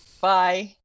Bye